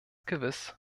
gewiss